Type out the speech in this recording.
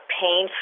pain